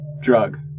drug